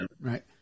Right